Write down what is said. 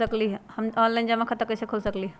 हम ऑनलाइन जमा खाता कईसे खोल सकली ह?